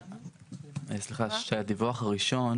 הדיווח הראשון